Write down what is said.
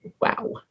Wow